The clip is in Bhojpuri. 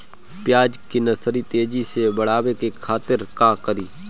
प्याज के नर्सरी तेजी से बढ़ावे के खातिर का करी?